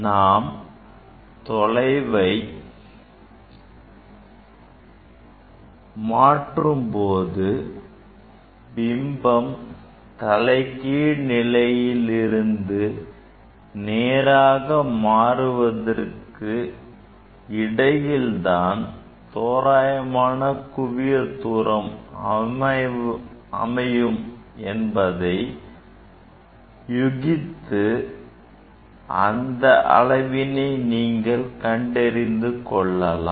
நாம் தொலைவை மாற்றும்போது பிம்பம் தலைகீழ் நிலையில் இருந்து நேராக மாறுவதற்கு இடையில் தான் தோராயமான குவியத் தூரம் அமையும் என்பதை யூகித்து அந்த அளவினை நீங்கள் கண்டறிந்து கொள்ளலாம்